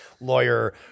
lawyer